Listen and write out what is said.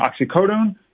oxycodone